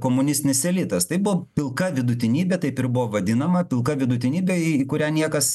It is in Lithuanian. komunistinis elitas tai buvo pilka vidutinybė taip ir buvo vadinama pilka vidutinybė į kurią niekas